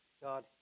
God